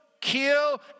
kill